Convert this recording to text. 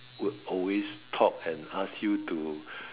would always talk and ask you to